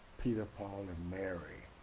peter paul and mary.